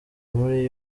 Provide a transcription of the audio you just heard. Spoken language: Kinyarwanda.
muri